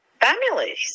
families